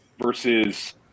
versus